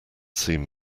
seem